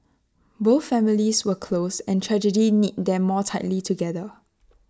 both families were close and tragedy knit them more tightly together